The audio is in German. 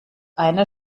eine